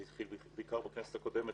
זה התחיל בעיקר בכנסת הקודמת,